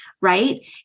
right